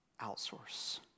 outsource